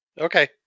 Okay